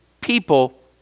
people